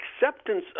acceptance